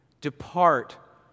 Depart